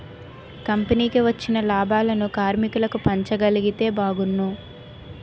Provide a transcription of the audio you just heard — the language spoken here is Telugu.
కంపెనీకి వచ్చిన లాభాలను కార్మికులకు పంచగలిగితే బాగున్ను